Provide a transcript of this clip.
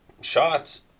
shots